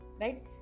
right